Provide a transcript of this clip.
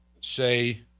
say